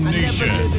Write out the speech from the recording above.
nation